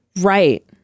Right